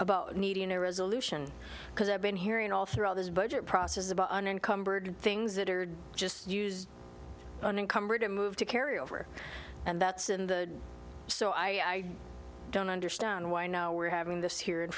about needing a resolution because i've been hearing all throughout this budget process about unencumbered things that are just unencumbered and moved to carry over and that's in the so i don't understand why now we're having this here in